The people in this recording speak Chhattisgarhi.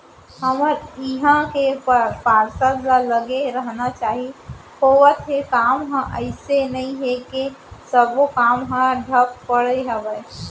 हमर इहाँ के पार्षद ल लगे रहना चाहीं होवत हे काम ह अइसे नई हे के सब्बो काम ह ठप पड़े हवय